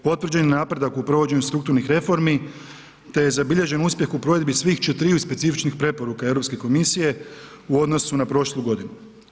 Potvrđen je napredak u provođenju strukturnih reformi te je zabilježen uspjeh u provedbi svih četiriju specifičnih preporuka Europske komisije u odnosu na prošlu godinu.